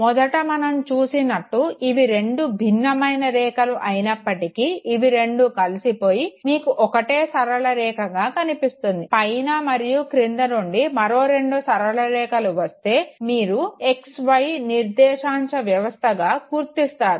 మొదట మనం చూసినట్టు ఇవి రెండు భిన్నమైన రేఖలు అయినప్పటికీ ఇవి రెండు కలిసిపోయి మీకు ఒక్కటే సరళ రేఖాగా కనిపిస్తుంది పైన మరియు క్రింద నుండి మరో రెండు సరళా రేఖలు వస్తే మీరు XY నిర్దేశంశ వ్యవస్థగా గుర్తిస్తారు